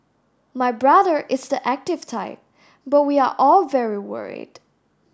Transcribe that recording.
my brother is the active type but we are all very worried